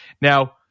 now